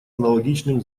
аналогичным